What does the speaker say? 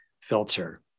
filter